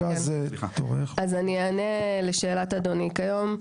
אני אענה לשאלת אדוני: כיום,